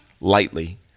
lightly